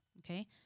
okay